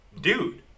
Dude